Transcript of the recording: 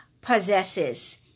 possesses